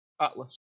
Atlas